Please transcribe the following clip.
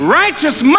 righteous